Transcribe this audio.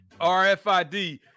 RFID